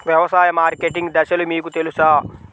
వ్యవసాయ మార్కెటింగ్ దశలు మీకు తెలుసా?